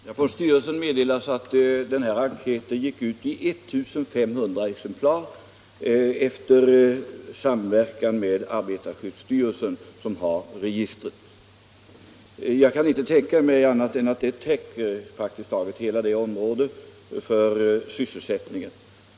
Fru talman! Styrelsen meddelar att enkäten gick ut i 1 500 exemplar efter samverkan med arbetarskyddsstyrelsen som har registret. Jag kan inte tänka mig annat än att det täcker praktiskt taget hela området för sysselsättningen.